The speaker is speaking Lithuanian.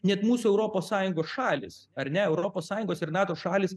net mūsų europos sąjungos šalys ar ne europos sąjungos ir nato šalys